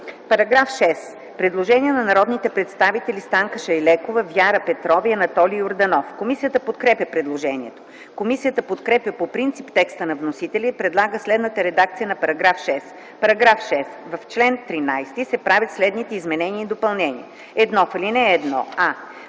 Предложение на народните представители Станка Шайлекова, Вяра Петрова и Анатолий Йорданов. Комисията подкрепя предложението. Комисията подкрепя по принцип текста на вносителя и предлага следната редакция на § 2: „§ 2. В чл. 5 се правят следните изменения и допълнения: 1. Алинея 2 се